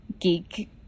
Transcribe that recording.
geek